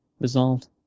resolved